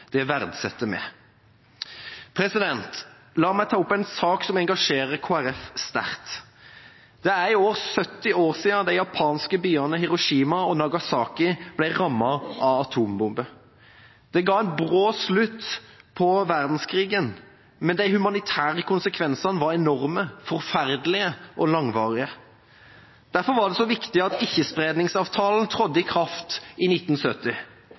Det verdsetter vi. La meg ta opp en sak som engasjerer Kristelig Folkeparti sterkt. Det er i år 70 år siden de japanske byene Hiroshima og Nagasaki ble rammet av atombomber. Det ga en brå slutt på verdenskrigen, men de humanitære konsekvensene var enorme, forferdelige og langvarige. Derfor var det så viktig at Ikke-spredningsavtalen trådte i kraft i 1970.